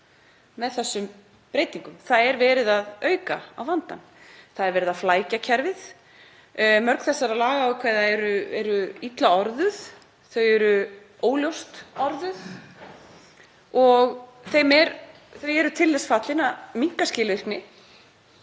með þessum breytingum. Það er verið að auka á vandann. Það er verið að flækja kerfið. Mörg þessara lagaákvæða eru illa orðuð, þau eru óljóst orðuð og þau eru til þess fallin að minnka skilvirkni